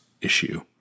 issue